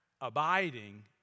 abiding